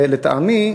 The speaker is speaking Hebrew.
ולטעמי,